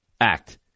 act